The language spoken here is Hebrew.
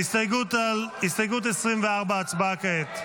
הסתייגות 24, הצבעה כעת.